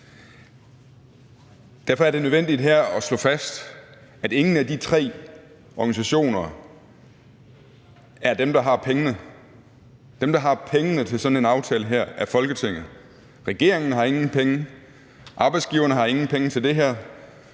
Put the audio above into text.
Derfor er det nødvendigt her at slå fast, at ingen af de tre organisationer er dem, der har pengene. Dem, der har pengene til sådan en aftale her, er Folketinget. Regeringen har ingen penge, arbejdsgiverne har ingen penge til det her,